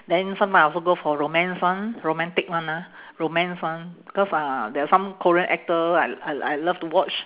then sometime I also go for romance one romantic one ah romance one because uh there are some korean actor I I I love to watch